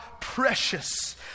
precious